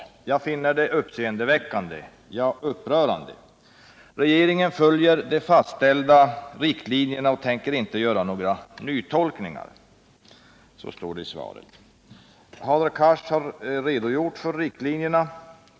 Jag finner det uppseendeväckande — ja upprörande. Regeringen följer de fastställda riktlinjerna och tänker inte göra några nytolkningar, framhålls det i svaret. Hadar Cars redogör också för riktlinjerna.